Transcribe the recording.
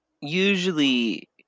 usually